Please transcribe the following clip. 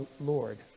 lord